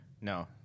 No